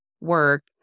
work